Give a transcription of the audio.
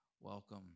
welcome